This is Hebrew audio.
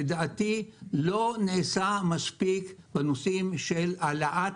לדעתי לא נעשה מספיק בנושאים של העלאה,